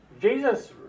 Jesus